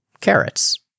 carrots